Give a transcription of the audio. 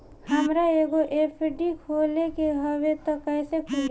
हमरा एगो एफ.डी खोले के हवे त कैसे खुली?